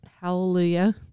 hallelujah